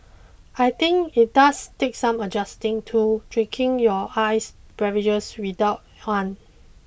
I think it does take some adjusting to drinking your iced beverages without one